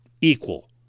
equal